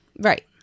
Right